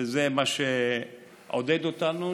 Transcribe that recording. וזה מה שעודד אותנו,